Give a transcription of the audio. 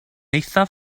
eithaf